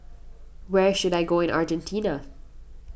where should I go in Argentina